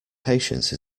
patience